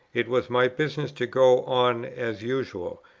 it was my business to go on as usual,